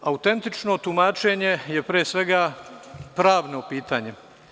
Autentično tumačenje je pre svega pravno pitanje.